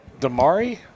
Damari